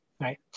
right